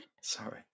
Sorry